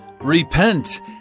Repent